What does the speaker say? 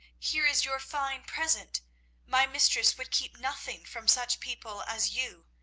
here is your fine present my mistress would keep nothing from such people as you.